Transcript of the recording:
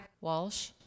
Walsh